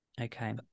okay